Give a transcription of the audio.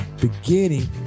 beginning